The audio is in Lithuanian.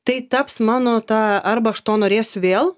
tai taps mano ta arba aš to norėsiu vėl